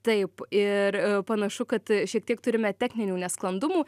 taip ir panašu kad šiek tiek turime techninių nesklandumų